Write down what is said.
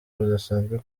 budasanzwe